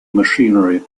machinery